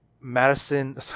Madison